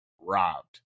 robbed